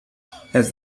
has